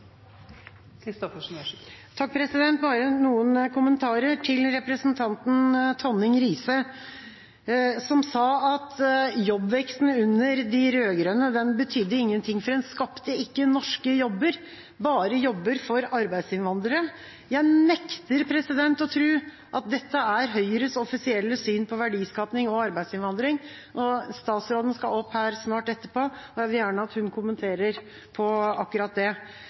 Bare noen kommentarer til representanten Tonning Riise, som sa at jobbveksten under de rød-grønne betydde ingenting, for den skapte ikke «norske jobber», bare jobber for arbeidsinnvandrere. Jeg nekter å tro at dette er Høyres offisielle syn på verdiskaping og arbeidsinnvandring. Statsråden skal opp her snart, og jeg vil gjerne at hun kommenterer på akkurat det.